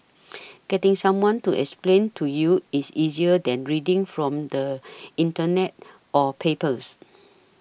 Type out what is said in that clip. getting someone to explain to you is easier than reading from the Internet or papers